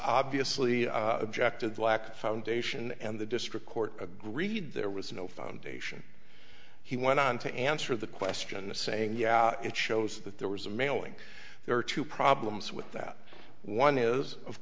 obviously objected lacked foundation and the district court agreed there was no foundation he went on to answer the question of saying yeah it shows that there was a mailing there are two problems with that one is of